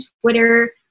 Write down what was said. Twitter